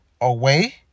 away